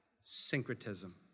Syncretism